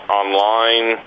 online